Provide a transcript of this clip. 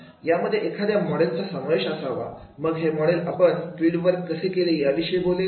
यामध्ये एखाद्या मॉडेलचा समावेश असावा मग हे मॉडेल आपण फिल्ड वर्क कसे केले याविषयी बोलेल